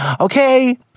Okay